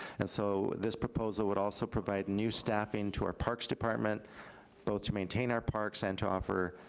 and so, this proposal would also provide new staffing to our parks department both to maintain our parks, and to offer